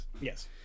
Yes